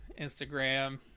Instagram